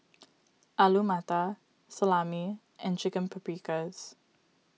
Alu Matar Salami and Chicken Paprikas